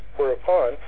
Whereupon